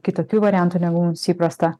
kitokių variantų negu mums įprasta